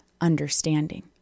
understanding